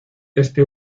este